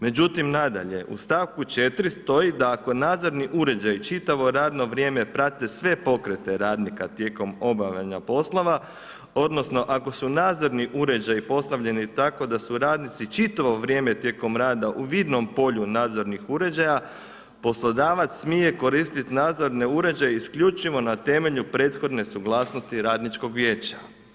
Međutim nadalje u stavku 4. stoji da „ako nadzorni uređaji čitavo radno vrijeme prate sve pokrete radnika tijekom obavljanja poslova odnosno ako su nadzorni uređaji postavljeni tako da su radnici čitavo vrijeme tijekom rada u vidnom polju nadzornih uređaja, poslodavac smije koristiti nadzorne uređaje isključivo na temelju prethodne suglasnosti radničkog vijeća.